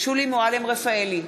שולי מועלם-רפאלי,